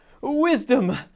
Wisdom